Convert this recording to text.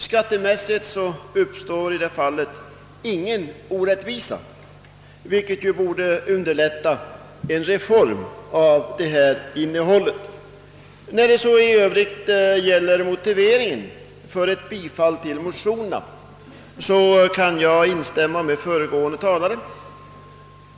Skattemässigt uppstår ingen orättvisa, vilket borde underlätta en reform av detta innehåll. Beträffande motiveringen för ett bifall till motionerna kan jag instämma med föregående talare.